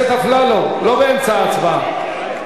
חבר הכנסת אפללו, לא באמצע ההצבעה.